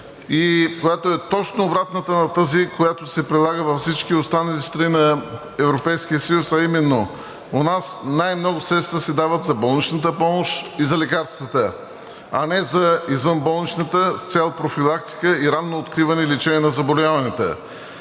и която е точно обратната на тази, която се прилага във всички останали страни на Европейския съюз, а именно у нас най-много средства се дават за болничната помощ и за лекарствата, а не за извънболничната с цел профилактика и ранно откриване и лечение на заболяванията.